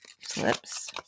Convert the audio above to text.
slips